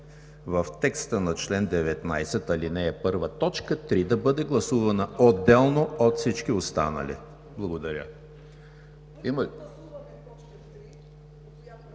в текста на чл. 19, ал. 1, т. 3 да бъде гласувана отделно от всички останали. Благодаря.